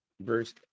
verse